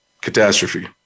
catastrophe